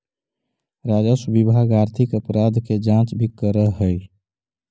राजस्व विभाग आर्थिक अपराध के जांच भी करऽ हई